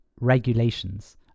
regulations